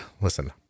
listen